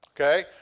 okay